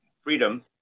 freedom